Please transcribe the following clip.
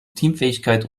teamfähigkeit